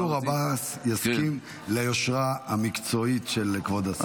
גם מנסור עבאס יסכים ליושרה המקצועית של כבוד השר.